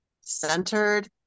centered